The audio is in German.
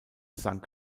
sank